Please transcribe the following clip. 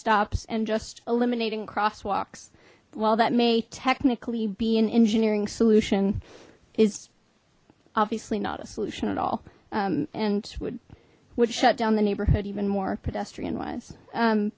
stops and just eliminating crosswalks well that may technically be an engineering solution is obviously not a solution at all and would would shut down the neighborhood even more pedestrian wise